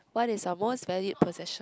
what is your valued possession